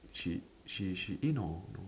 she she she eh no